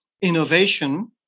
innovation